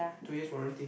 two years warranty